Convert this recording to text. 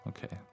Okay